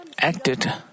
acted